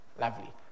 Lovely